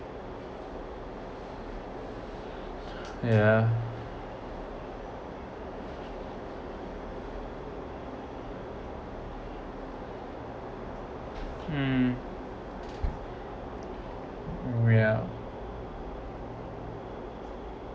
ya mm yeah